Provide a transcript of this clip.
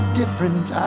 different